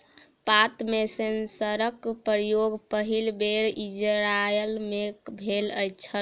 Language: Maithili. पात सेंसरक प्रयोग पहिल बेर इजरायल मे भेल छल